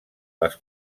les